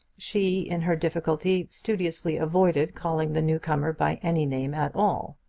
she, in her difficulty, studiously avoided calling the new-comer by any name at all.